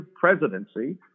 presidency